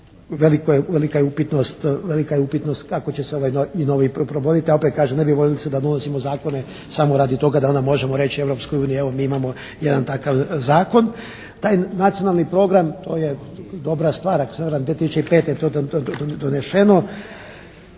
velika je upitnost kako će se i ovaj novi provoditi, a opet kažem ne bih volio da donosimo zakone samo radi toga da onda možemo reći Europskoj uniji evo mi imamo jedan takav zakon. Taj nacionalni program, to je dobra stvar. Ako se ne varam 2005. to je donešeno.